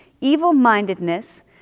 evil-mindedness